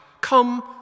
Come